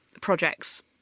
projects